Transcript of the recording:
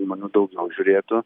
žmonių daugiau žiūrėtų